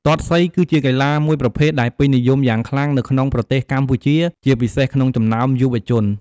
ទាត់សី គឺជាកីឡាមួយប្រភេទដែលពេញនិយមយ៉ាងខ្លាំងនៅក្នុងប្រទេសកម្ពុជា ជាពិសេសក្នុងចំណោមយុវជន។